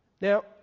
Now